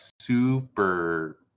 super